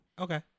Okay